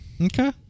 okay